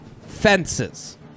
fences